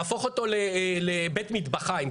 להפוך אותו לבית מטבחיים,